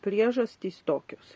priežastys tokios